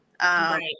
Right